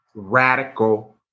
radical